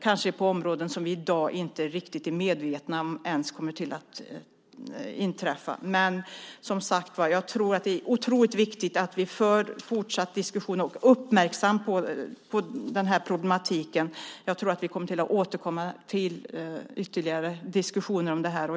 Kanske handlar det om områden där vi i dag inte är riktigt medvetna om att det kommer att inträffa. Men, som sagt, jag tror att det är otroligt viktigt att vi för en fortsatt diskussion och är uppmärksamma på den här problematiken. Jag tror att vi kommer att återkomma till ytterligare diskussioner om det här.